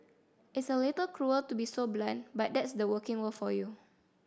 it's a little cruel to be so blunt but that's the working world for you